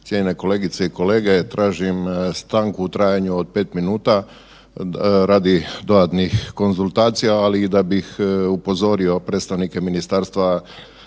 Cijenjene kolegice i kolege. Tražim stanku u trajanju od pet minuta radi dodatnih konzultacija, ali da bih upozorio predstavnike Ministarstva